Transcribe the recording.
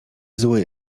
zły